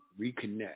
reconnect